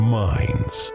minds